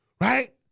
right